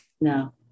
no